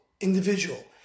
individual